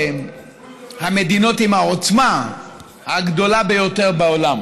המדינות עם העוצמה הגדולה ביותר בעולם,